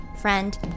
friend